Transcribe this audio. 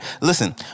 Listen